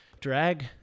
drag